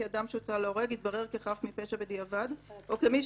כי אדם שהוצא להורג יתברר כחף מפשע בדיעבד או כמי